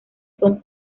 son